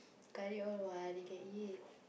curry all what they can eat